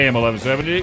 1170